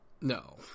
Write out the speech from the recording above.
no